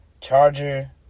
charger